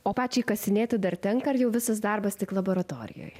o pačiai kasinėti dar tenka ar jau visas darbas tik laboratorijoj